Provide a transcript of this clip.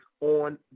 on